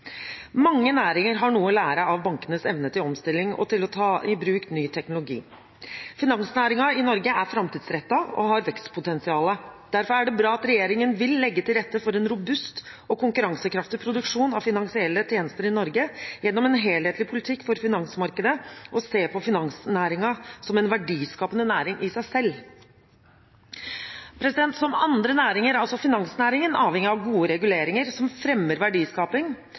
Mange næringer har noe å lære av bankenes evne til omstilling og til å ta i bruk ny teknologi. Finansnæringen i Norge er framtidsrettet og har vekstpotensial. Derfor er det bra at regjeringen vil legge til rette for en robust og konkurransekraftig produksjon av finansielle tjenester i Norge gjennom en helhetlig politikk for finansmarkedet og se på finansnæringen som en verdiskapende næring i seg selv. Som andre næringer er også finansnæringen avhengig av gode reguleringer som fremmer verdiskaping,